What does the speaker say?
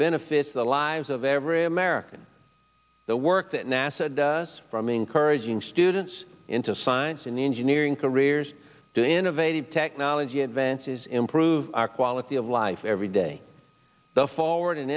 benefits the lives of every american the work that nasa does from encouraging students into science and engineering careers to innovative technology advances improve our quality of life every day the forward and